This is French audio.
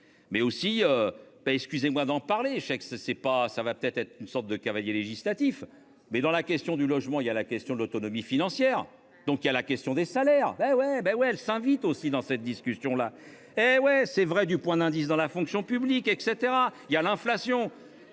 mais aussi. Pas excusez-moi d'en parler. Ce c'est pas ça va peut-être être une sorte de cavalier législatif, mais dans la question du logement, il y a la question de l'autonomie financière donc il y a la question des salaires. Ouais bah ouais elle s'invite aussi dans cette discussion-là. Et ouais c'est vrai du point d'indice dans la fonction publique, et caetera. Il y a l'inflation,